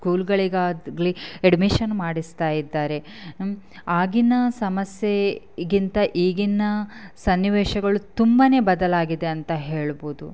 ಸ್ಕೂಲ್ಗಳಿಗಾಗ್ಲಿ admission ಮಾಡಿಸ್ತಾ ಇದ್ದಾರೆ ಆಗಿನ ಸಮಸ್ಯೆಗಿಂತ ಈಗಿನ ಸನ್ನಿವೇಶಗಳು ತುಂಬಾ ಬದಲಾಗಿದೆ ಅಂತ ಹೇಳ್ಬೋದು